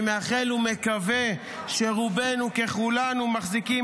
אני מאחל, ומקווה שרובנו ככולנו מחזיקים